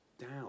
down